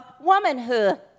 womanhood